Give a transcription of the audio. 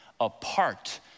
apart